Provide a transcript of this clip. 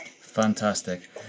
Fantastic